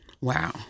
wow